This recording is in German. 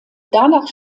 danach